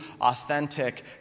authentic